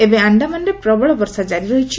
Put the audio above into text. ଏବେ ଆଣ୍ଡାମାନରେ ପ୍ରବଳ ବର୍ଷା କାରି ରହିଛି